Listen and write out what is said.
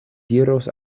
diros